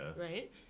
Right